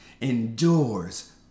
endures